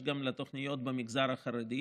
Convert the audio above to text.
יש גם לתוכניות במגזר החרדי.